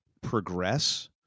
progress